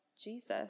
Jesus